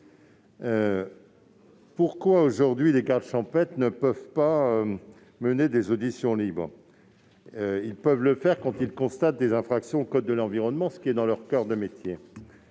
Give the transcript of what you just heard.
Pourquoi les gardes champêtres ne peuvent-ils pas mener des auditions libres aujourd'hui ? Ils peuvent le faire quand ils constatent des infractions au code de l'environnement, ce qui est dans leur coeur de métier.